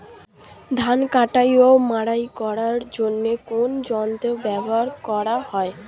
ধান কাটা ও মাড়াই করার জন্য কোন যন্ত্র ব্যবহার করা হয়?